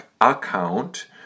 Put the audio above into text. account